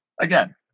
again